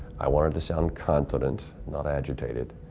i wanted to sound confident, not agitated,